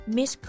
Miss